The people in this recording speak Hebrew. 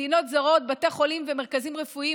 במדינות זרות בתי החולים והמרכזים הרפואיים